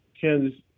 Kansas